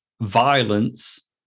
violence